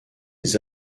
les